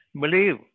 Believe